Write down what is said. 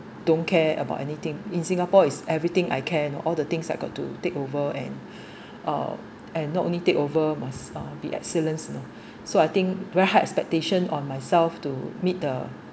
don't care about anything in singapore is everything I can all the things I got to takeover and uh and not only takeover uh must be excellence you know so I think very high expectation on myself to meet the